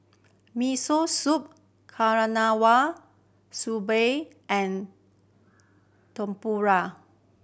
Miso Soup Okinawa and Tempura